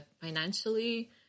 financially